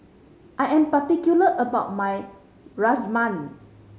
I am particular about my Rajma